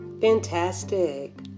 Fantastic